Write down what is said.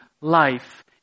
life